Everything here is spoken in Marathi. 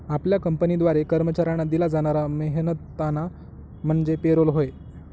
आपल्या कंपनीद्वारे कर्मचाऱ्यांना दिला जाणारा मेहनताना म्हणजे पे रोल होय